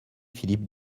philippe